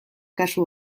kasu